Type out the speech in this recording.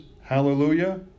Hallelujah